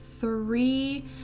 three